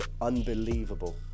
unbelievable